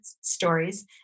stories